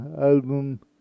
album